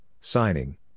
signing